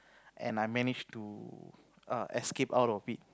and I managed to err escape out of it